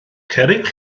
cerrig